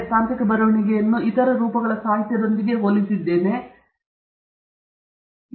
ನಾನು ತಾಂತ್ರಿಕ ಬರವಣಿಗೆಯನ್ನು ಇತರ ರೂಪಗಳ ಸಾಹಿತ್ಯದೊಂದಿಗೆ ಹೋಲಿಸಿದ್ದೇನೆ ಮತ್ತು ನಿಮಗೆ ತಿಳಿದಿರಬಹುದೆಂದು ಬರೆಯುತ್ತಿದ್ದೇನೆ